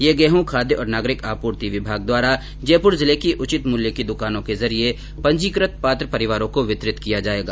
यह गेंहूँ खाद्य और नागरिक आपूर्ति विभाग द्वारा जयपुर जिले की उचित मूल्य की दुकानों के जरिए पंजीकृत पात्र परिवारों को वितरित किया जाएगा